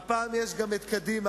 והפעם, גם קדימה.